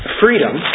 freedom